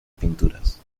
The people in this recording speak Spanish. pinturas